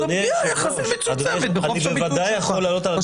אז הפגיעה היא יחסית מצומצמת בחופש הביטוי שלך.